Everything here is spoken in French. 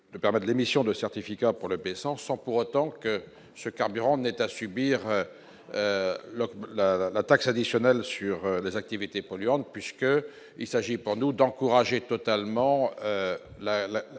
de 2 permet de l'émission de certificats pour le PS, sans, sans pour autant que ce carburant n'est à subir le la la taxe additionnelle sur les activités polluantes puisque il s'agit pour nous d'encourager totalement